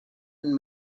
and